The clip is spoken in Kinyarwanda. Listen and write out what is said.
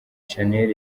shanel